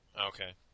Okay